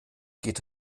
geht